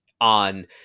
on